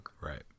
Right